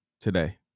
today